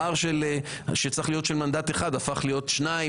פער שצריך להיות של מנדט אחד הפך להיות שניים.